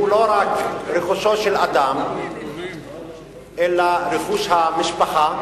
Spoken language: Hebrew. שהוא לא רק רכושו של אדם, אלא רכוש המשפחה,